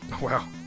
Wow